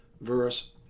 verse